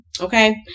Okay